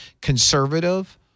conservative